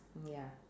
ya